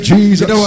Jesus